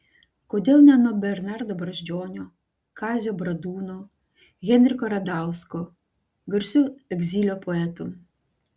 kodėl ne nuo bernardo brazdžionio kazio bradūno henriko radausko garsių egzilio poetų